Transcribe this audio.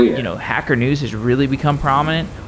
you know hacker news has really become prominent.